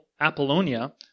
Apollonia